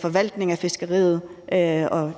forvaltningen af fiskeriet og